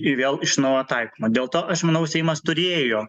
i vėl iš naujo taikoma dėl to aš manau seimas turėjo